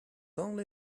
only